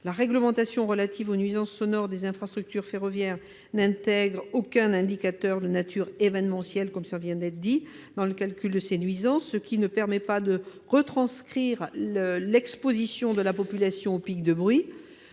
la réglementation relative aux nuisances sonores des infrastructures ferroviaires n'intègre aucun indicateur de nature événementielle dans le calcul de ces nuisances, ce qui ne permet pas de retranscrire l'exposition de la population aux pics de bruit.